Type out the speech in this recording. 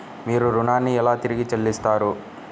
మీరు ఋణాన్ని ఎలా తిరిగి చెల్లిస్తారు?